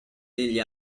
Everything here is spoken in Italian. degli